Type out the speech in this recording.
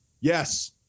Yes